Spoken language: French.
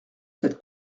cette